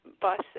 bus